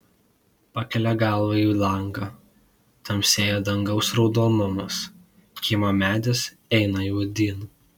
pakelia galvą į langą tamsėja dangaus raudonumas kiemo medis eina juodyn